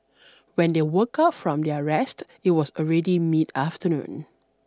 when they woke up from their rest it was already mid afternoon